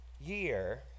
year